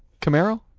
Camaro